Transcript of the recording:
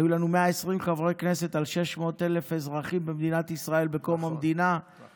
היו לנו 120 חברי כנסת על 600,000 אזרחים במדינת ישראל בקום המדינה,